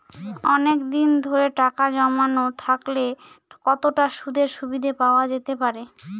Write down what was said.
অনেকদিন ধরে টাকা জমানো থাকলে কতটা সুদের সুবিধে পাওয়া যেতে পারে?